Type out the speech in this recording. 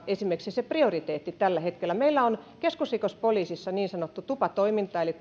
esimerkiksi se prioriteetti tällä hetkellä meillä on keskusrikospoliisissa niin sanottu tupa toiminto eli